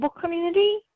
community